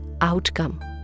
outcome